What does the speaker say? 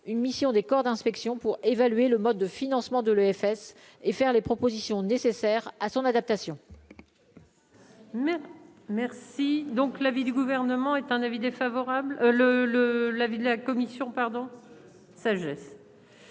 une mission des corps d'inspection pour évaluer le mode de financement de l'EFS et faire les propositions nécessaires à son adaptation. Mais merci, donc l'avis du gouvernement est un avis défavorable, le le l'avis de la commission pardon. Sagesse.